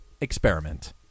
experiment